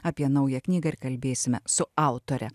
apie naują knygą ir kalbėsime su autore